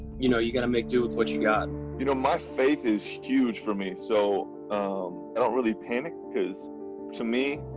you know, you got to make do with what you got. you know, my faith is huge for me. so i don't really panic because to me,